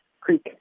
Creek